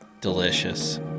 Delicious